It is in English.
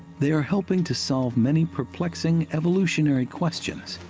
they are helping to solve many perplexing evolutionary questions,